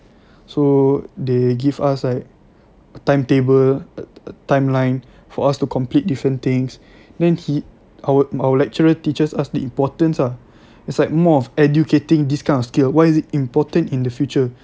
so they give us like a timetable a timeline for us to complete different things then he our our lecturer teaches us the importance ah it's like more of educating these kind of skill why is it important in the future